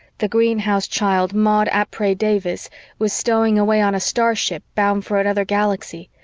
the greenhouse child maud ap-ares davies was stowing away on a starship bound for another galaxy,